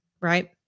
Right